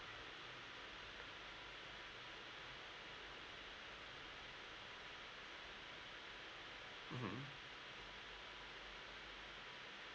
mmhmm